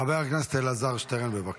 חבר הכנסת אלעזר שטרן, בבקשה.